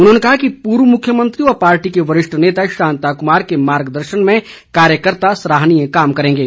उन्होंने कहा कि पूर्व मुख्यमंत्री व पार्टी के वरिष्ठ नेता शांता कुमार के मार्गदर्शन में कार्यकर्ता सराहनीय कार्य करेंगे